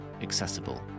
accessible